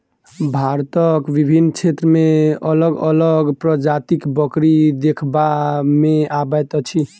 भारतक विभिन्न क्षेत्र मे अलग अलग प्रजातिक बकरी देखबा मे अबैत अछि